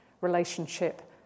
relationship